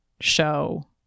show